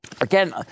again